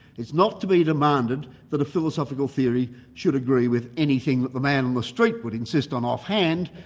it's not to be demanded that a philosophical theory should agree with anything that the man on the street would insist on offhand,